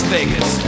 Vegas